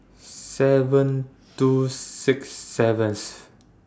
seven two six seventh